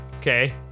Okay